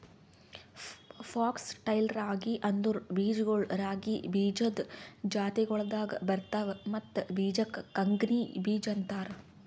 fox tail ರಾಗಿ ಅಂದುರ್ ಬೀಜಗೊಳ್ ರಾಗಿ ಬೀಜದ್ ಜಾತಿಗೊಳ್ದಾಗ್ ಬರ್ತವ್ ಮತ್ತ ಬೀಜಕ್ ಕಂಗ್ನಿ ಬೀಜ ಅಂತಾರ್